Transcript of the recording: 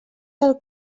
del